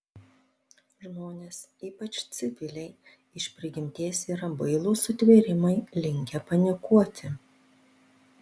žmonės ypač civiliai iš prigimties yra bailūs sutvėrimai linkę panikuoti